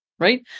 right